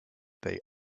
they